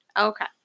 Okay